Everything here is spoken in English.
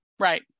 Right